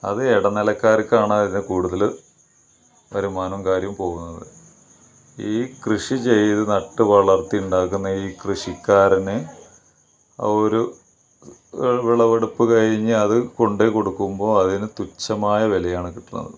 അത് ഇടനിലക്കാർക്കാണ് അത് കൂടുതൽ വരുമാനവും കാര്യവും പോകുന്നത് ഈ കൃഷി ചെയ്ത് നട്ടു വളർത്തി ഉണ്ടാക്കുന്ന ഈ കൃഷിക്കാരന് ആ ഒരു വിളവെടുപ്പ് കഴിഞ്ഞ് അത് കൊണ്ടുപോയിക്കൊടുക്കുമ്പോൾ അതിന് തുച്ഛമായ വിലയാണ് കിട്ടണത്